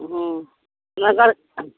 हूँ मगर